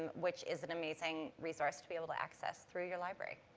which is an amazing resource to be able to access through your library.